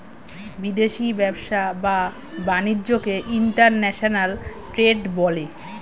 বিদেশি ব্যবসা বা বাণিজ্যকে ইন্টারন্যাশনাল ট্রেড বলে